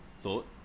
thought